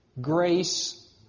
grace